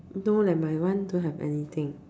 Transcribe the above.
no leh than my one don't have anything